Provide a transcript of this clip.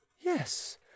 Yes